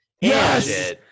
Yes